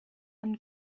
and